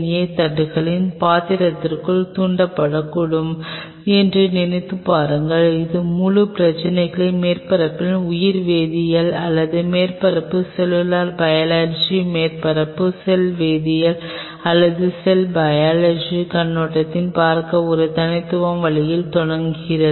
ஏவை தட்டுகளின் பாத்திரத்திற்குத் தூண்டக்கூடும் என்று நினைத்துப் பாருங்கள் இது முழுப் பிரச்சினையையும் மேற்பரப்பு உயிர் வேதியியல் அல்லது மேற்பரப்பு செல்லுலார் பையலோஜி மேற்பரப்பு செல் வேதியியல் அல்லது செல் பையலோஜி கண்ணோட்டத்தில் பார்க்கும் ஒரு தனித்துவமான வழியைத் தொடங்குகிறது